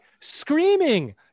Screaming